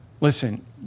Listen